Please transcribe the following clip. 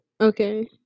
Okay